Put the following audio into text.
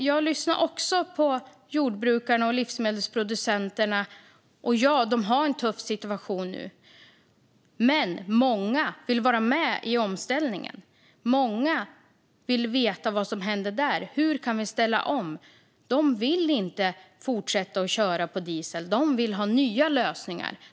Jag lyssnar också på jordbrukarna och livsmedelsproducenterna, och ja, de har en tuff situation nu. Men många vill vara med i omställningen. Många vill veta vad som händer där och undrar hur de kan ställa om. De vill inte fortsätta att köra på diesel, utan de vill ha nya lösningar.